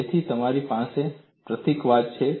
તેથી તમારી પાસે પ્રતીકવાદ છે